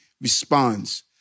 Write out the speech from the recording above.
responds